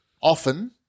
Often